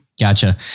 Gotcha